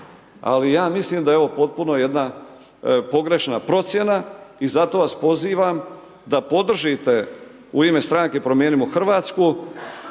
ali ja mislim da je ovo potpuno jedna pogrešna procjena i zato vas pozivam da podržite u ime stranke Promijenimo Hrvatsku